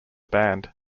band